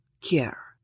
care